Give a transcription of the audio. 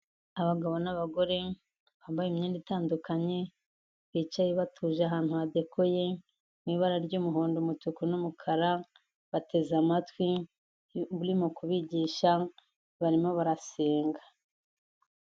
Abagabo n'abagore, bambaye imyenda itandukanye, bicaye batuje ahantu hadekoye, mu ibara ry'umuhondo, umutuku n'umukara, bateze amatwi, urimo kubigisha, barimo barasenga.